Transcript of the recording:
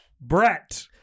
BRETT